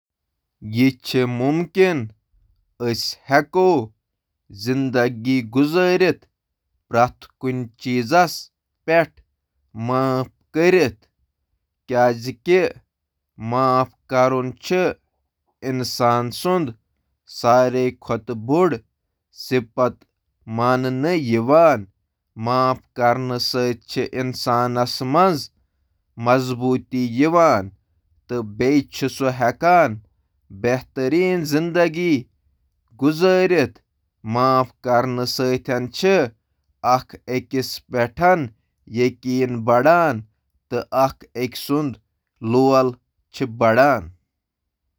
کانٛہہ ہیٚکہِ پرٛٮ۪تھ کانٛہہ مٲفی کٔرِتھ یا نہٕ ہیٚکہِ نفرٕ تہٕ حالاتن پیٚٹھ منحصر۔ وۄنٛہِ گوٚو، معٲفی چھِ مُمکِن، تہٕ یہِ ہیٚکہِ زِنٛدگی سۭتۍ برٛونٛہہ پکنُک اکھ طاقتور حصہٕ ٲسِتھ۔